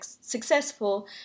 successful